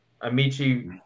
Amici